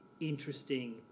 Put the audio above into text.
interesting